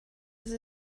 sie